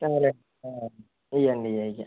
ఇవే అండి ఇవే ఇవే